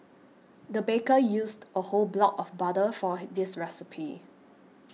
the baker used a whole block of butter for this recipe